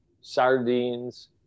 sardines